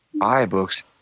iBooks